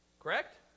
Correct